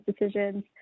decisions